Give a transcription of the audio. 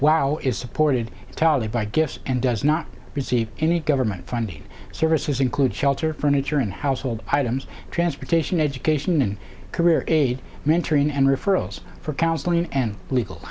while is supported entirely by gifts and does not receive any government funding services include shelter furniture and household items transportation education and career a mentoring and referrals for counseling and legal